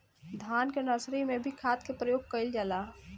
धान के नर्सरी में भी खाद के प्रयोग कइल जाला?